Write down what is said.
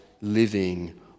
living